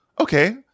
Okay